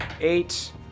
eight